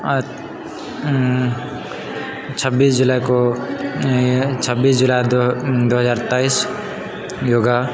छब्बीस जुलाई को छब्बीस जुलाई दो दो हजार तेइस योगा